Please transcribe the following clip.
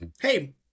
Hey